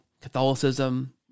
Catholicism